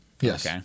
Yes